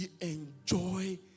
enjoy